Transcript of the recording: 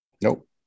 Nope